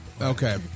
Okay